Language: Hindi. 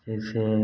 जैसे